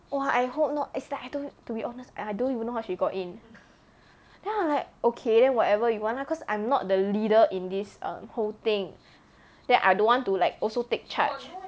!wah! I hope not is like I don't to be honest I don't even know how she got in then I like okay then whatever you want lah cause I'm not the leader in this um whole thing then I don't want to like also take charge